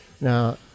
Now